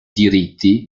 diritti